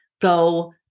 go